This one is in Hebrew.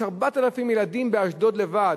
יש 4,000 ילדים באשדוד לבד,